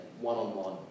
one-on-one